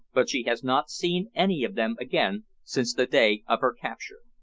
but she has not seen any of them again since the day of her capture.